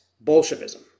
Bolshevism